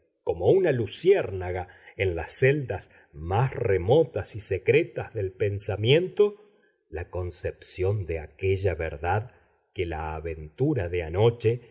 como una luciérnaga en las celdas más remotas y secretas del pensamiento la concepción de aquella verdad que la aventura de anoche